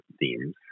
themes